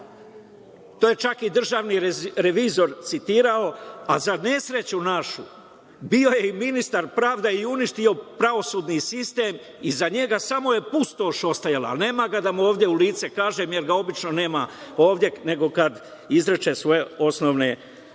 To je čak i državni revizor citirao, a za nesreću našu bio je i ministar pravde i uništio pravosudni sistem, iza njega samo je pustoš ostajala, nema ga da mu ovde u lice kažem, jer ga obično nema ovde, nego kad izreče svoje osnovne misli koje